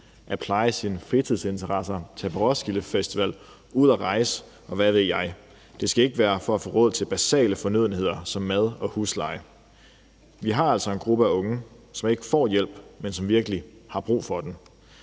at pleje sine fritidsinteresser, at tage på Roskilde Festival, ud at rejse, og hvad ved jeg. Det skal ikke være for at få råd til basale fornødenheder som mad og husleje. Vi har altså en gruppe af unge, som ikke får hjælp, men som virkelig har brug for den,